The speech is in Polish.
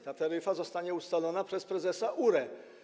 Ta taryfa zostanie ustalona przez prezesa URE.